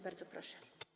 Bardzo proszę.